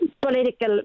political